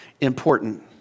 important